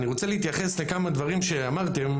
אני רוצה להתייחס לכמה דברים שאמרתם.